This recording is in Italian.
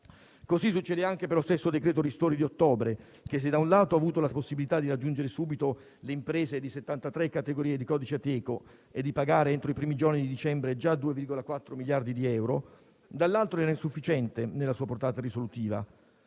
Così succede anche per lo stesso decreto ristori di ottobre che, se da un lato ha avuto la possibilità di raggiungere subito le imprese di 73 categorie di codice Ateco e di pagare entro i primi giorni di dicembre già 2,4 miliardi di euro, dall'altro era insufficiente nella sua portata risolutiva.